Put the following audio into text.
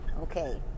okay